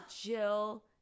Jill